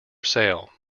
sale